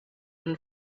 been